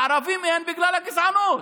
לערבים אין, בגלל הגזענות.